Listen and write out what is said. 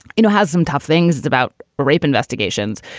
you know, has some tough things about rape investigations,